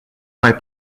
mai